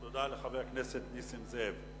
תודה לחבר הכנסת נסים זאב.